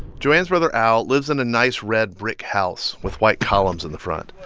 joanne's brother al lives in a nice red brick house with white columns in the front.